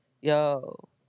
Yo